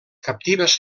captives